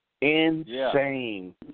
Insane